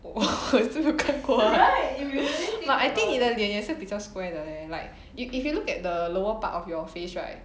!wah! 没有看过 but I think 你的脸也是比较 square 的 leh like you if you look at the lower part of your face right